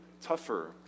tougher